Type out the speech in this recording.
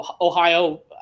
Ohio